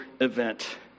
event